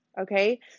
Okay